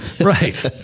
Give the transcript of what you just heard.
Right